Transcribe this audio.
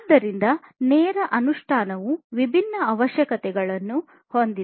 ಆದ್ದರಿಂದ ನೇರ ಅನುಷ್ಠಾನವು ವಿಭಿನ್ನ ಅವಶ್ಯಕತೆಗಳನ್ನು ಹೊಂದಿದೆ